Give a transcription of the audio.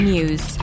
News